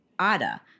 Ada